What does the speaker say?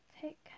take